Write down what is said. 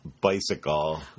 bicycle